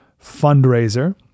fundraiser